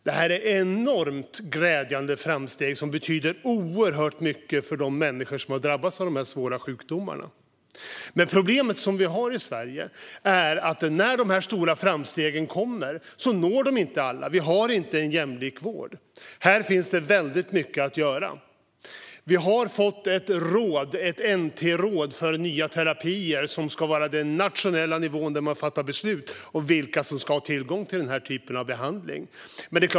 Detta är enormt glädjande framsteg som betyder oerhört mycket för de människor som har drabbats av dessa svåra sjukdomar. Problemet som vi har i Sverige är att när de stora framstegen kommer når de inte alla. Vi har inte en jämlik vård. Här finns det väldigt mycket att göra. Vi har fått ett NT-råd för nya terapier som ska vara den nationella nivån där man fattar beslut om vilka som ska ha tillgång till den här typen av behandling.